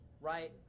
right